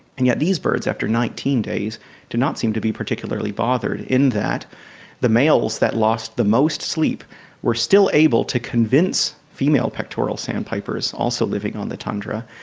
and yet these birds after nineteen days do not seem to be particularly bothered in that the males that lost the most sleep were still able to convince female pectoral sandpipers, also living on the tundra,